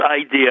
idea